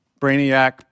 brainiac